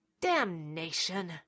Damnation